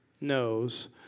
knows